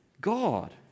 God